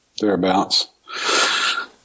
thereabouts